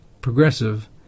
progressive